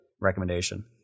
recommendation